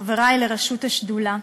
חברי לראשות השדולה,